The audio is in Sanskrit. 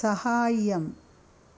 साहाय्यम्